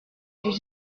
j’aie